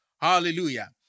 Hallelujah